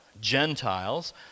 Gentiles